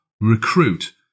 Recruit